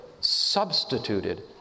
substituted